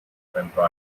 pentru